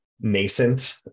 nascent